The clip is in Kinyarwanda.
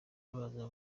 abanza